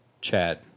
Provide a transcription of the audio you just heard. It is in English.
Chad